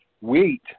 wheat